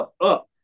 up